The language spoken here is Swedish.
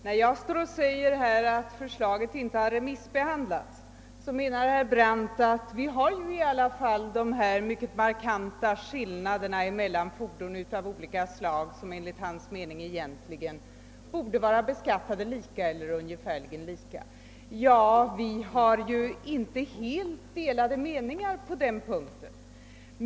Herr talman! När jag anförde att för slaget inte har remissbehandlats menar herr Brandt att vi ju i alla fall har dessa mycket markanta skillnader mellan fordon av olika slag som enligt hans mening egentligen borde bli beskattade lika eller ungefärligen lika. Ja, vi har nog inte helt delade meningar på den punkten.